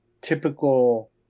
typical